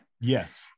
Yes